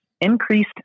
increased